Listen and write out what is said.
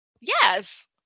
Yes